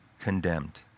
condemned